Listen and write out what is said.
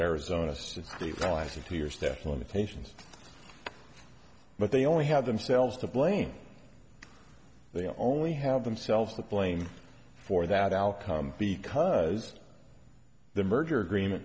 step limitations but they only have themselves to blame they only have themselves to blame for that outcome because the merger agreement